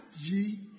ye